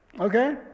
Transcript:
Okay